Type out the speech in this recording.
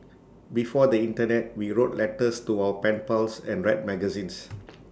before the Internet we wrote letters to our pen pals and read magazines